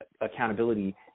accountability